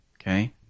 Okay